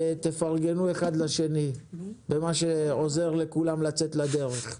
ותפרגנו אחד לשני במה שעוזר לכולם לצאת לדרך,